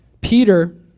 Peter